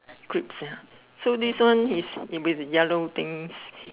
crips ya so this one is in be the yellow things